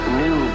new